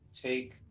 take